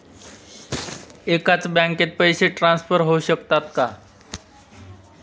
एकाच बँकेत पैसे ट्रान्सफर होऊ शकतात का?